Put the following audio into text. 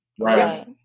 Right